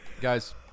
guys